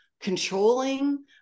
controlling